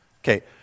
Okay